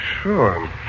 sure